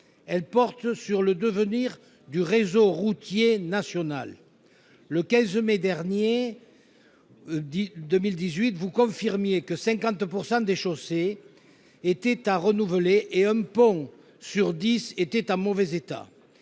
Elle porte sur le devenir du réseau routier national. Le 15 mai 2018, vous confirmiez que 50 % des chaussées étaient à renouveler et qu'un pont sur dix était en mauvais état.